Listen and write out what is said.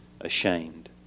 ashamed